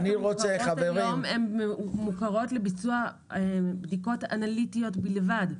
הן מוכרות לביצוע בדיקות אנליטיות בלבד.